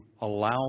allow